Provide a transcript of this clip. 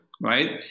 right